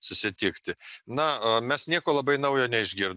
susitikti na a mes nieko labai naujo neišgir